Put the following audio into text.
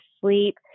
sleep